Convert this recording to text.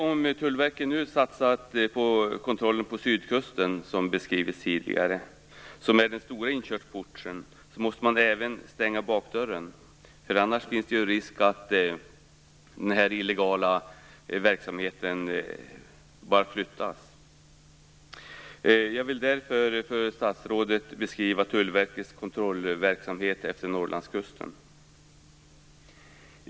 Om Tullverket, som beskrivits tidigare, satsat på kontrollen på sydkusten, som är den stora inkörsporten, måste man även stänga bakdörren. Annars finns det ju risk att den illegala verksamheten bara flyttas. Jag vill därför för statsrådet beskriva Tullverkets kontrollverksamhet utefter Norrlandskusten.